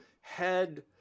head